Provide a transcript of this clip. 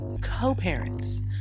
co-parents